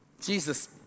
Jesus